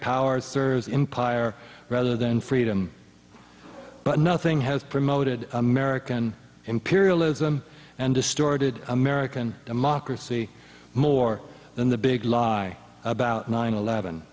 power serves in pyar rather than freedom but nothing has promoted american imperialism and distorted american democracy more than the big lie about nine eleven